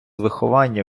виховання